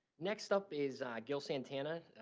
next up, is gil santana,